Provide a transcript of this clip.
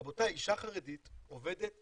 רבותי, אישה חרדית עובדת